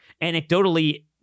Anecdotally